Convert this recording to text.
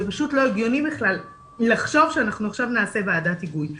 פשוט לא הגיוני בכלל לחשוב שאנחנו עכשיו נעשה ועדת היגוי.